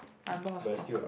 I'm not a stalker